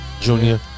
Junior